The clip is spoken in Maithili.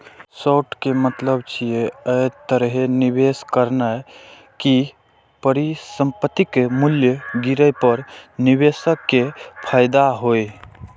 शॉर्ट के मतलब छै, अय तरहे निवेश करनाय कि परिसंपत्तिक मूल्य गिरे पर निवेशक कें फायदा होइ